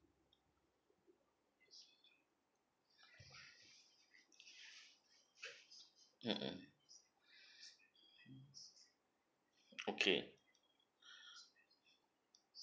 mm mm okay